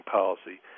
policy